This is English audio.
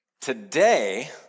today